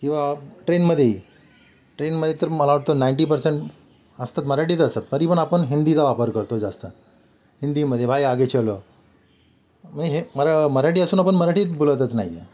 किंवा ट्रेनमध्येही ट्रेनमध्ये तर मला वाटतं नाईंटी पर्सेंट असतात मराठीत असतात तरी पण आपण हिंदीचा वापर करतो जास्त हिंदीमध्ये भाई आगे चलो मी हे मरा मराठी असून आपण मराठीत बोलतच नाही आहे